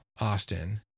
Austin